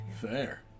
Fair